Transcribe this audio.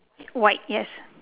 white yes